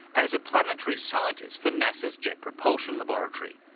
as planetary scientist for nasa's jet propulsion laboratory.